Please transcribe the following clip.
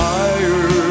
higher